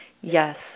yes